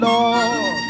Lord